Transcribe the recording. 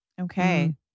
Okay